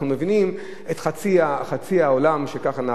אנחנו מבינים את חצי העולם שככה נהג,